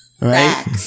right